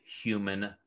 human